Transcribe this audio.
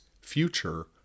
future